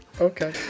Okay